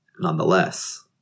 nonetheless